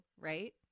right